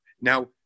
Now